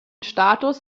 status